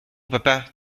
papa